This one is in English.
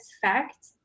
fact